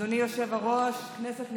אדוני היושב-ראש, כנסת נכבדה,